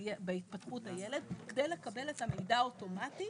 בהתפתחות הילד, כדי לקבל את המידע אוטומטי